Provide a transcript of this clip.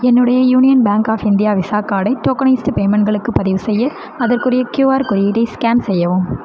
என்னுடைய Union Bank of India visa கார்டை tokenised பேமெண்ட்களுக்கு பதிவு செய்ய அதற்குரிய கியூஆர் குறியீடை ஸ்கேன் செய்யவும்